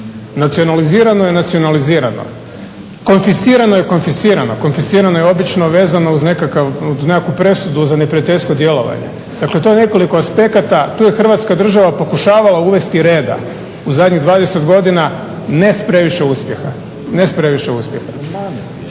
Nacionalizirano je nacionalizirano. Konfiscirano je konfiscirano. Konfiscirano je obično vezano uz nekakvu presudu za neprijateljsko djelovanje. Dakle to je nekoliko aspekata, tu je Hrvatska država pokušavala uvesti reda u zadnjih 20 godina ne s previše uspjeha.